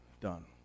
done